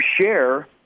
share